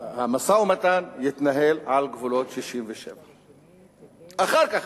המשא-ומתן יתנהל על גבולות 67'. אחר כך